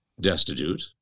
destitute